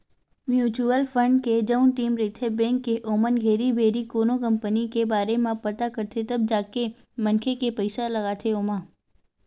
mutual fund के जउन team रहिथे बेंक के ओमन घेरी भेरी कोनो कंपनी के बारे म पता करथे तब जाके मनखे के पइसा ल लगाथे ओमा